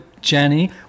Jenny